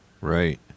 Right